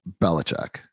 Belichick